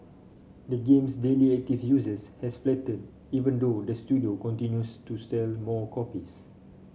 the game's daily active users has flattened even though the studio continues to sell more copies